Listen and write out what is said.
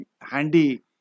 handy